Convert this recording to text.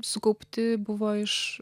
sukaupti buvo iš